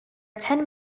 ten